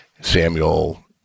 samuel